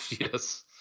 yes